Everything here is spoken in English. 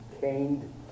caned